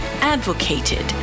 advocated